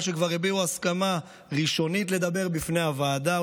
שכבר הביעו הסכמה ראשונית לדבר בפני הוועדה,